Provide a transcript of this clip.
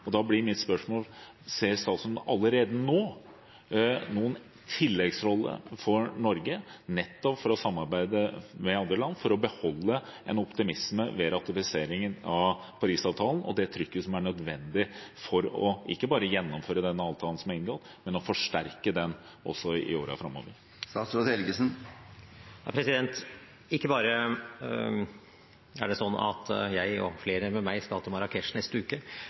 Da blir mitt spørsmål: Ser statsråden allerede nå noen tilleggsrolle for Norge nettopp med tanke på å samarbeide med andre land for å beholde en optimisme ved ratifiseringen av Paris-avtalen og det trykket som er nødvendig ikke bare for å gjennomføre den avtalen som er inngått, men for å forsterke den også i årene framover? Ikke bare er det sånn at jeg og flere med meg skal til Marrakech neste uke,